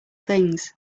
things